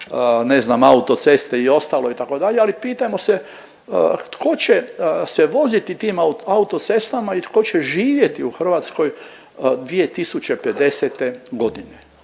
ne znam autoceste i ostalo, itd., ali pitajmo se tko će se voziti tim autocestama i tko će živjeti u Hrvatskoj 2050.g.,